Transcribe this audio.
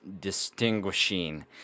distinguishing